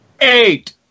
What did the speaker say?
Eight